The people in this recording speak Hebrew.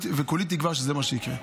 וכולי תקווה שזה מה שיקרה.